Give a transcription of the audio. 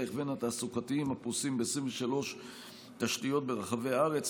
ההכוון התעסוקתיים הפרוסים ב-23 תשתיות ברחבי הארץ.